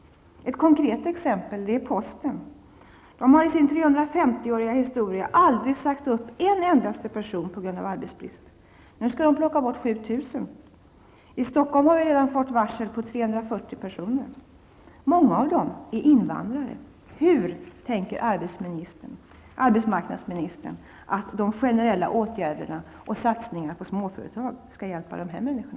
Ett konkret exempel är postverket. Det har i sin 350-åriga historia aldrig sagt upp en endaste person på grund av arbetsbrist. Nu skall man plocka bort 7 000. I Stockholm har vi redan fått varsel om 340 personer. Många av dem är invandrare. Hur tänker sig arbetsmarknadsministern att de generella åtgärderna och satsningar på småföretag skall hjälpa dessa människor?